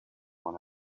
one